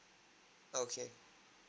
okay